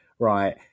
Right